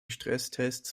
stresstests